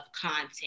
content